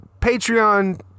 Patreon